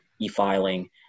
e-filing